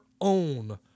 own